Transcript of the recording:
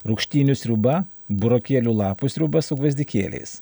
rūgštynių sriuba burokėlių lapų sriuba su gvazdikėliais